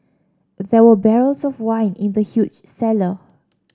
there were barrels of wine in the huge cellar